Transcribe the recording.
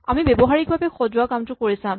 আমি ব্যৱহাৰিকভাৱে সজোৱা কামটো কৰি চাম